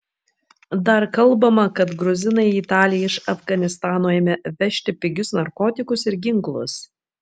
dar kalbama kad gruzinai į italiją iš afganistano ėmė vežti pigius narkotikus ir ginklus